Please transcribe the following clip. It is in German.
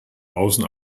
außen